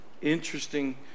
interesting